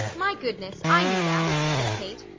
my goodness! i knew that, said kate.